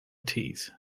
tees